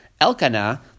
Elkanah